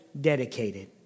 dedicated